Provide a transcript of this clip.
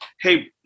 hey